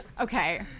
okay